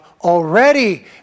already